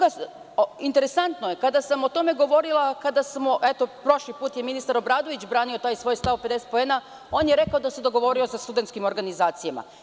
Interesantno je, kada sam o tome govorila, eto prošli put je i ministar Obradović branio taj svoj stav 50 poena, on je rekao da se dogovorio sa studentskim organizacijama.